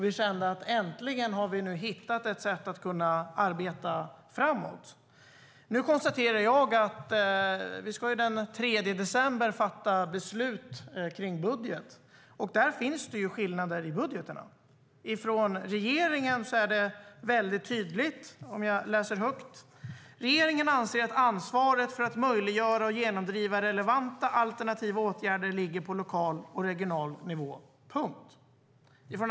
Vi kände att vi äntligen hade hittat ett sätt att arbeta framåt. Den 3 december ska vi fatta beslut om budget, och det finns skillnader i budgetarna. Enligt regeringen ligger ansvaret för att möjliggöra och genomdriva relevanta alternativa åtgärder på regional och lokal nivå.